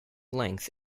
length